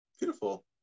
beautiful